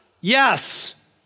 Yes